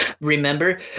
Remember